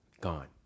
Gone